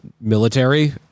military